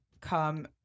come